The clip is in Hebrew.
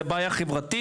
זו בעיה חברתית,